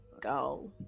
go